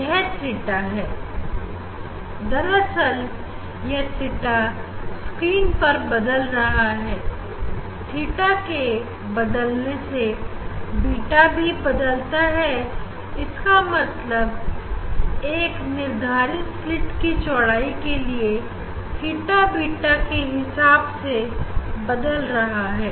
यह theta है दरअसल यह थीटा स्क्रीन पर बदल रहा है थीटा के बदलने से बीटा भी बदल रहा है इसका मतलब एक निर्धारित स्लीट की चौड़ाई के लिए थीटा बीटा के हिसाब से बदल रहा है